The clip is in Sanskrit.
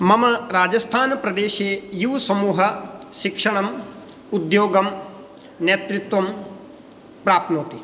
मम राजस्थानप्रदेशे यूवसमूहः शिक्षणम् उद्योगं नेतृत्वं प्राप्नोति